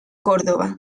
córdoba